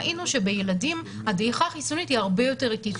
ראינו שבילדים הדעיכה החיסונית היא הרבה יותר איטית,